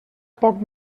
poc